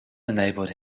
enabled